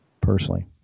personally